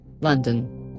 London